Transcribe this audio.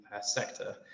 sector